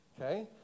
Okay